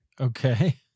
Okay